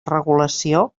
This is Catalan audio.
regulació